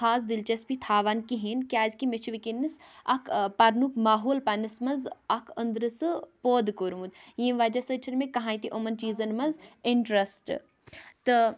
خاص دِلچَسپی تھاوان کِہیٖنۍ کیازکہِ مےٚ چھُ وٕنکیٚنَس اَکھ پَرنُک ماحول پَننِس منٛز اَکھ أنٛدرٕ سُہ پٲدٕ کوٚرمُت ییٚمہِ وجہ سۭتۍ چھُ نہٕ مےٚ کاہٕنۍ تہِ یِمَن چیٖزَن منٛز اِنٹرَسٹ تہٕ